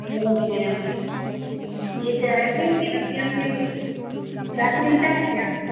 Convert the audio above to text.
नमस्ते यह कह रहे थे कि आपके यहाँ चाट मिलता है क्या